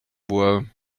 bois